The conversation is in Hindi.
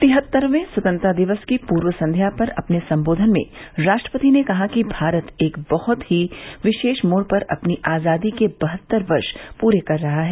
तिहत्तरें स्वतंत्रता दिवस की पूर्व संध्या पर अपने संबोधन में राष्ट्रपति ने कहा कि भारत एक बहुत ही विशेष मोड़ पर अपनी आजादी के बहत्तर वर्ष पूरे कर रहा है